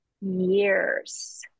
years